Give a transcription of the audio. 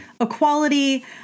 equality